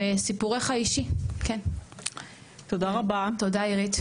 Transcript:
וסיפורך האישי, תודה אירית.